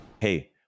Hey